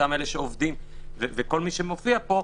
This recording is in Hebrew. עובדים וכל מי שמופיע פה,